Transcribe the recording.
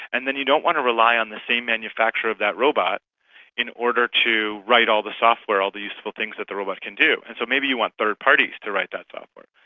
and then you don't want to rely on the same manufacturer of that robot in order to write all software, all the useful things that the robot can do. and so maybe you want third parties to write that software.